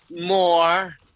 more